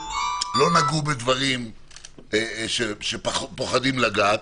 לא נגעו בדברים שפוחדים לגעת.